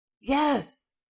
Yes